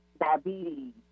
diabetes